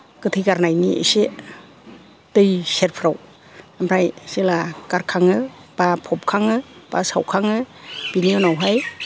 गोथै गारनायनि इसे दै सेरफ्राव ओमफ्राय जेला गारखाङो बा फबखाङो बा सावखाङो बिनि उनावहाय